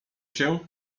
się